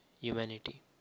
humanity